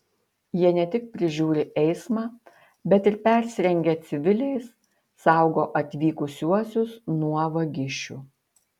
jie ne tik prižiūri eismą bet ir persirengę civiliais saugo atvykusiuosius nuo vagišių